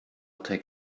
take